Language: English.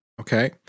Okay